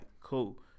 cool